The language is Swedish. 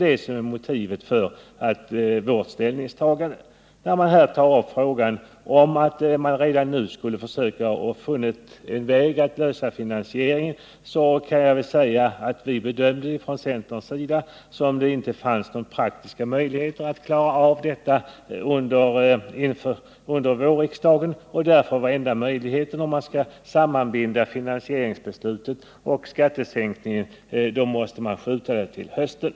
Det är motivet för vårt ställningstagande. När man tar upp frågan om att redan nu finna en väg att lösa finansieringsfrågan kan jag väl säga att vi bedömde läget så från centerns sida att det inte finns några praktiska möjligheter att klara av detta under vårriksdagen. Enda möjligheten att binda samman finansieringsbeslutet och beslutet om skattesänkningen är därför att skjuta upp avgörandet till hösten.